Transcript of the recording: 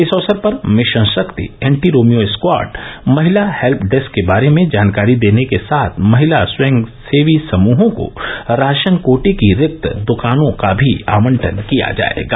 इस अवसर पर मिशन शक्ति एन्टीरोमियो स्क्वाड महिला हेल्य डेस्क के बारे में जानकारी देने के साथ महिला स्कयं सेवी समूहों को राशन कोटे की रिक्त दुकानों का भी आवंटन किया जायेगा